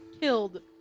killed